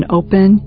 open